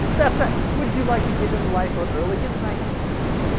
that's right would you like to get in the lifeboat early, get a nice seat?